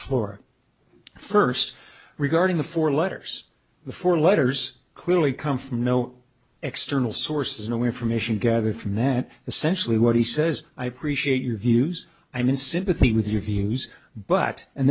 floor first regarding the four letters the four letters clearly come from no external sources no information gathered from that essentially what he says i appreciate your views i mean sympathy with your views but and